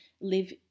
live